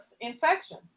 infection